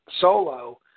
solo